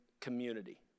community